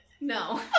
No